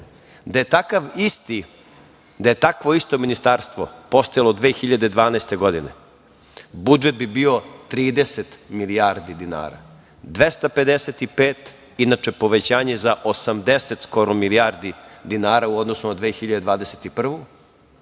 Da je takvo isto ministarstvo postojalo 2012. godine, budžet bi bio 30 milijardi dinara. Inače, 255 je povećanje za skoro 80 milijardi dinara u odnosu na 2021. godinu,